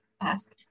ask